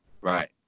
Right